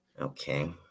Okay